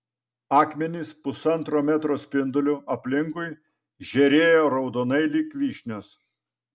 akmenys pusantro metro spinduliu aplinkui žėrėjo raudonai lyg vyšnios